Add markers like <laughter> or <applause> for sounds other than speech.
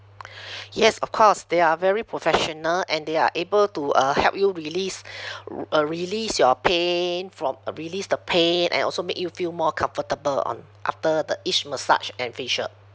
<breath> yes of course they are very professional and they are able to uh help you release <breath> uh release your pain from uh release the pain and also make you feel more comfortable on after the each massage and facial